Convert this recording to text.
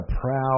proud